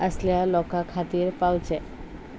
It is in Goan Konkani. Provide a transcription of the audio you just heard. आसल्या लोकां खातीर पावचे